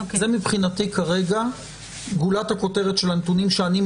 זה מבחינתי כרגע גולת הכותרת של הנתונים שאני מבקש,